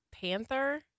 Panther